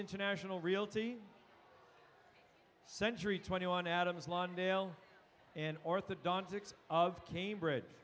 international realty century twenty one adams lawndale and orthodontics of cambridge